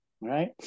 Right